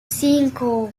cinco